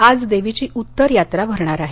आज देवीची उत्तर यात्रा भरणार आहे